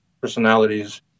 personalities